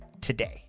today